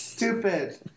Stupid